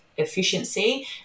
efficiency